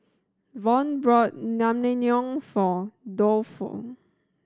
Von bought Naengmyeon for Tofu